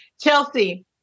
Chelsea